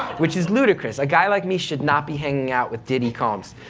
which is ludicrous. a guy like me should not be hanging out with diddy combs.